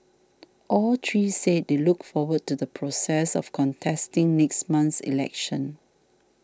all three said they look forward to the process of contesting next month's election